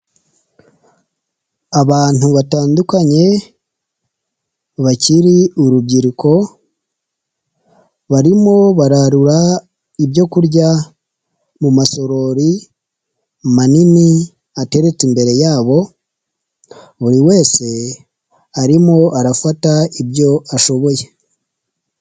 Abantu batandukanye bakiri urubyiruko, barimo bararura ibyo kurya mu masorori manini atereretse imbere yabo, buri wese arimo arafata ibyo ashoboye.